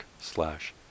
slash